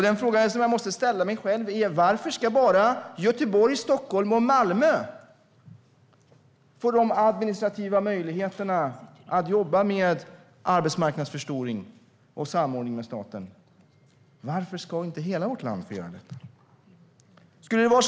Den fråga jag måste ställa mig är: Varför ska bara Göteborg, Stockholm och Malmö få de administrativa möjligheterna att jobba med arbetsmarknadsförstoring och samordning med staten? Varför ska inte hela vårt land få göra detta?